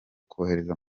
kohereza